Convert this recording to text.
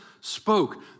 spoke